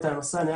וזה